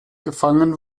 gefangen